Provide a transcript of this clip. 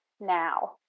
now